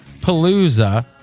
Palooza